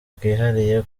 bwihariye